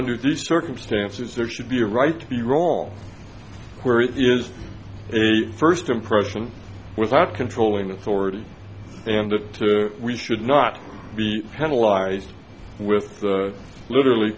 under the circumstances there should be a right to be wrong where it is a first impression without controlling authority and to to we should not be penalize with literally